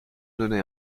donnait